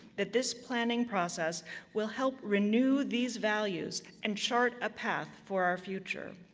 that this planning process will help renew these values and chart a path for our future.